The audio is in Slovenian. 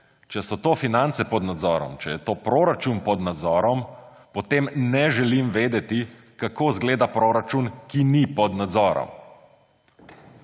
če so to finance pod nadzorom, če je to proračun pod nadzorom, potem ne želim vedeti, kako izgleda proračun, ki ni pod nadzorom.